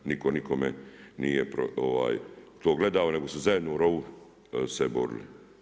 Nitko nikome nije to gledao, nego su zajedno u rovu se borili.